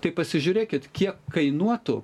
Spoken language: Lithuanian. tai pasižiūrėkit kiek kainuotų